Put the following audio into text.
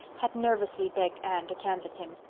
had nervously begged anne to canvass him.